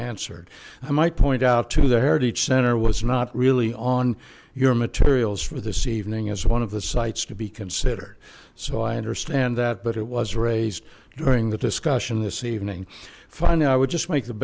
answered i might point out to their heritage center was not really on your materials for this evening is one of the sites to be considered so i understand that but it was raised during the discussion this evening fine i would just make the